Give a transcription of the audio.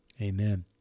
Amen